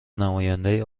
نماینده